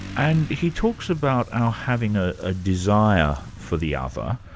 and he talks about our having a ah desire for the other,